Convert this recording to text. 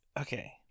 okay